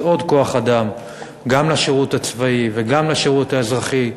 עוד כוח-אדם גם לשירות הצבאי וגם לשירות האזרחי,